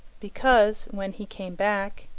because, when he came back,